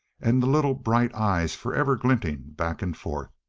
and the little bright eyes forever glinting back and forth.